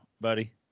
buddy